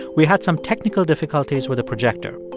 we had some technical difficulties with a projector.